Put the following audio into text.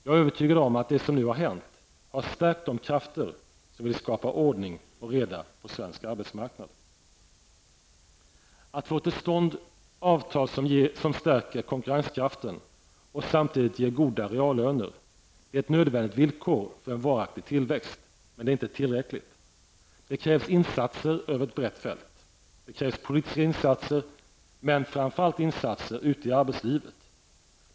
Jag är övertygad om att det som nu har hänt har stärkt de krafter som vill skapa ordning och reda på svensk arbetsmarknad. Att få till stånd avtal som stärker konkurrenskraften och samtidigt ger goda reallöner -- det är ett nödvändigt villkor för en varaktig tillväxt, men det är inte tillräckligt. Det krävs insatser över ett brett fält. Det krävs politiska insatser, men framför allt insatser ute i arbetslivet.